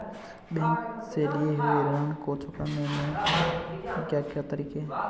Bank से लिए हुए ऋण को चुकाने के क्या क्या तरीके हैं?